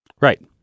Right